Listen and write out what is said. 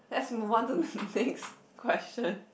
let's move on to the next question